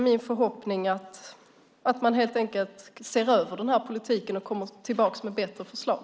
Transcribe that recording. Min förhoppning är alltså att man helt enkelt ser över denna politik och kommer tillbaka med ett bättre förslag.